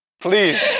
please